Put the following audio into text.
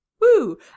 Woo